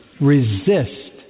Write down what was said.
Resist